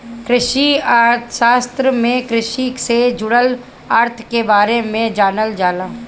कृषि अर्थशास्त्र में कृषि से जुड़ल अर्थ के बारे में जानल जाला